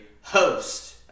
host